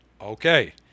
Okay